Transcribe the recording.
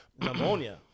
Pneumonia